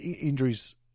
injuries